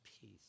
peace